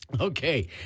Okay